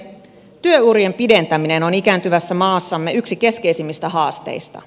työurien pidentäminen on ikääntyvässä maassamme yksi keskeisimmistä haasteista